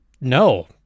no